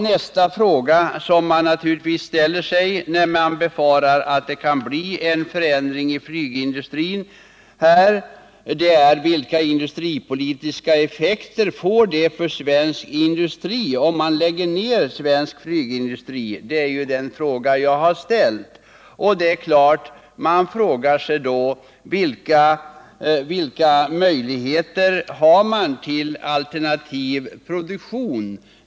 Nästa fråga som man naturligtvis ställer sig, när man befarar att det kan bli en förändring inom flygindustrin, är följande: Vilka industripolitiska effekter får det för svensk industri om man lägger ner flygindustrin i vårt land? Det är ju den fråga jag har ställt. Man undrar då: Vilka möjigheter har vi till alternativ produktion?